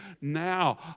Now